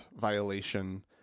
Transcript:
violation